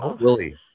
Willie